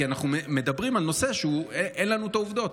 כי אנחנו מדברים על נושא כשאין לנו העובדות.